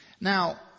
Now